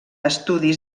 estudis